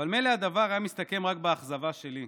אבל מילא הדבר היה מסתכם רק באכזבה שלי,